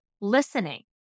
listening